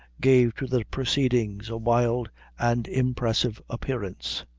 gave to the proceedings a wild and impressive appearance.